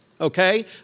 okay